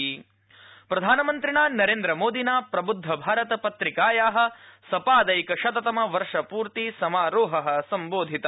PM Prabuddha Bharat प्रधानमन्त्रिणा नरेन्द्रमोदिना प्रबुद्ध भारत पत्रिकाया सपादैकशततम वर्षपूर्ति समारोह सम्बोधित